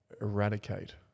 eradicate